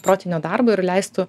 protinio darbo ir leistų